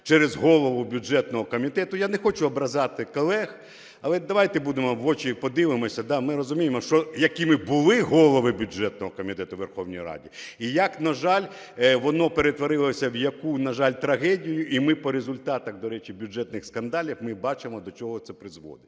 через голову бюджетного комітету, я не хочу ображати колег, але давайте в очі подивимося, ми розуміємо, що якими були голови бюджетного комітету у Верховній Раді і як, на жаль, воно перетворилось в яку, на жаль, трагедію, і ми по результатах, до речі, бюджетних скандалів ми бачимо, до чого це призводить.